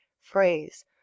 phrase